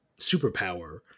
superpower